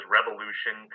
Revolution